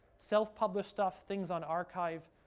self-published stuff, things on archive,